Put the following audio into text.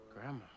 Grandma